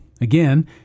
Again